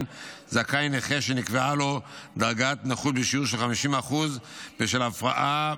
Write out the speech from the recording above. זכאי נכה שנקבעה לו דרגת נכות בשיעור של 50% בשל הפרעה